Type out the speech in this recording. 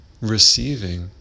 receiving